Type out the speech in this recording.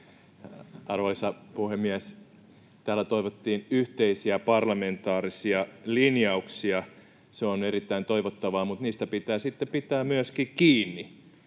Arvoisa puhemies! Täällä toivottiin yhteisiä parlamentaarisia linjauksia. Se on erittäin toivottavaa, mutta niistä pitää sitten myöskin pitää